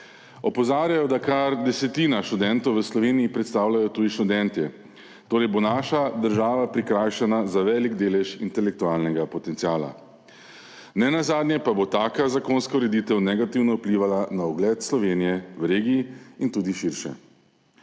Opozarjajo, da kar desetino študentov v Sloveniji predstavljajo tuji študentje, torej bo naša država prikrajšana za velik delež intelektualnega potenciala. Nenazadnje pa bo taka zakonska ureditev negativno vplivala na ugled Slovenije v regiji in tudi širše.